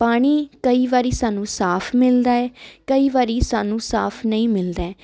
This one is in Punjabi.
ਪਾਣੀ ਕਈ ਵਾਰੀ ਸਾਨੂੰ ਸਾਫ ਮਿਲਦਾ ਹੈ ਕਈ ਵਾਰੀ ਸਾਨੂੰ ਸਾਫ ਨਹੀਂ ਮਿਲਦਾ